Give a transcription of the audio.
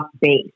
base